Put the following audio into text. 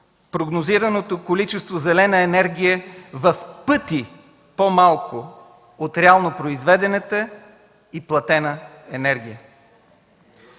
прогнозираното количество зелена енергия в пъти по-малко от реално произведената и платена енергия.